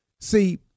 see